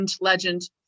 legend